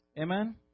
Amen